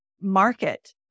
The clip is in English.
market